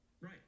Right